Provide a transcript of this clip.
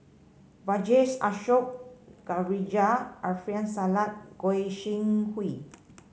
Vijesh Ashok Ghariwala Alfian Sa'at Goi Seng Hui